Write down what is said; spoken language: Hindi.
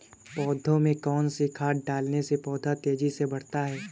पौधे में कौन सी खाद डालने से पौधा तेजी से बढ़ता है?